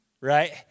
right